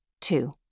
Two